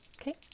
Okay